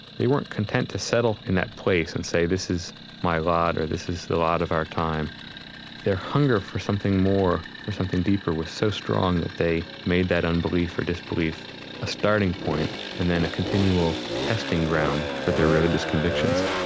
they weren't content to settle in that place and say, this is my lot or this is the lot of our time their hunger for something more, for something deeper was so strong that they made that unbelief or disbelief a starting point and then a continual testing ground for their religious convictions